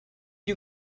you